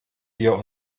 wir